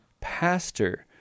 pastor